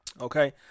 okay